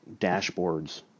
dashboards